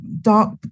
dark